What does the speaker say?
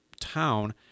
town